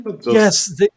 Yes